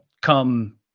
come